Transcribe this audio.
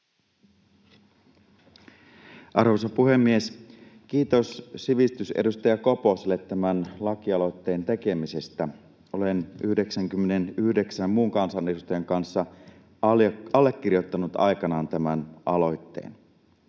Arvoisa puhemies! Kiitos edustaja Koposelle tämän laki-aloitteen tekemisestä. Olen 99 muun kansanedustajan kanssa allekirjoittanut aikanaan tämän aloitteen.